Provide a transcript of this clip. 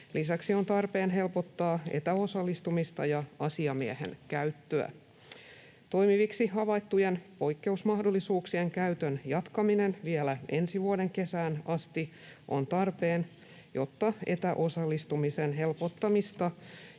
Lisäksi on tarpeen helpottaa etäosallistumista ja asiamiehen käyttöä. Toimiviksi havaittujen poikkeusmahdollisuuksien käytön jatkaminen vielä ensi vuoden kesään asti on tarpeen, jotta etäosallistumisen helpottamista